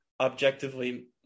objectively